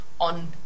on